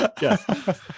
Yes